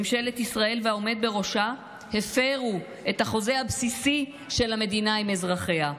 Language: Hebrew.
ממשלת ישראל והעומד בראש הפרו את החוזה הבסיסי של המדינה עם אזרחיה.